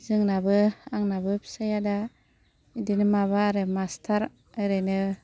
जोंनाबो आंनाबो फिसाया दा बिदिनो माबा आरो मास्टार ओरैनो